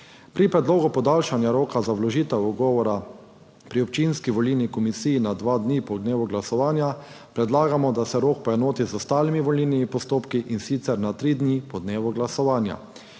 Pri predlogu podaljšanja roka za vložitev ugovora pri občinski volilni komisiji na dva dni po dnevu glasovanja predlagamo, da se rok poenoti z ostalimi volilnimi postopki, in sicer na tri dni po dnevu glasovanja.